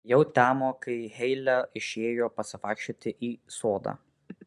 jau temo kai heile išėjo pasivaikščioti į sodą